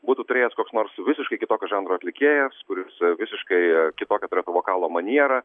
būtų turėjęs koks nors visiškai kitokio žanro atlikėjas kuris visiškai kitokią turėtų vokalo manierą